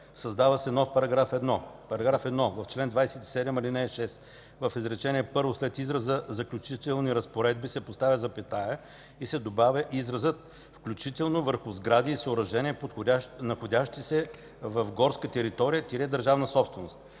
„Създава се нов § 1: § 1. В чл. 27, ал. 6, в изречение първо след израза „заключителните разпоредби” се поставя запетая и се добавя изразът „включително върху сгради и съоръжения, находящи се в горска територия – държавна собственост”.